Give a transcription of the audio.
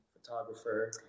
Photographer